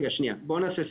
בוא נעשה סדר,